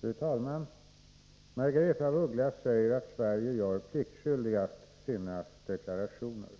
Fru talman! Margaretha af Ugglas säger att Sverige gör pliktskyldigast sina deklarationer.